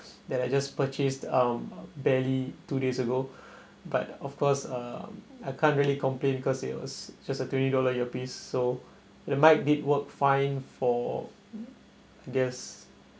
that I just purchased um barely two days ago but of course um I can't really complain cause it was just a twenty dollar earpiece so the mic did work fine for I guess